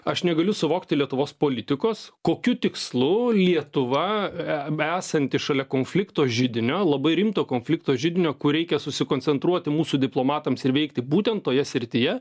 aš negaliu suvokti lietuvos politikos kokiu tikslu lietuva esanti šalia konflikto židinio labai rimto konflikto židinio kur reikia susikoncentruoti mūsų diplomatams ir veikti būtent toje srityje